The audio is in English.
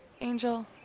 Angel